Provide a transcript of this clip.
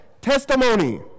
testimony